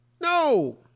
No